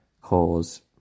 cause